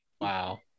wow